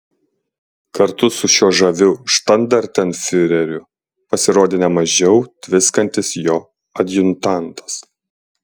kartu su šiuo žaviu štandartenfiureriu pasirodė ne mažiau tviskantis jo adjutantas